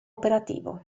operativo